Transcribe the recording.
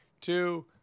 two